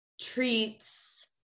treats